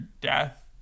Death